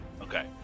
Okay